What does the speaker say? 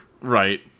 Right